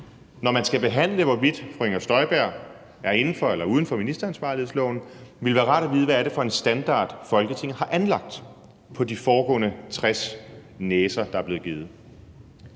når man skal behandle, hvorvidt sagen med fru Inger Støjberg er inden for eller uden for ministeransvarlighedsloven, hvad det er for en standard, Folketinget har anlagt ved de foregående 60 næser, der er blevet givet.